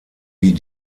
wie